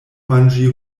manĝi